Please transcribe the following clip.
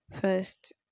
first